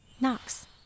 Knox